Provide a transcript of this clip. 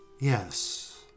Yes